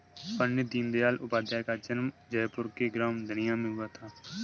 पण्डित दीनदयाल उपाध्याय का जन्म जयपुर के ग्राम धनिया में हुआ था